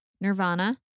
Nirvana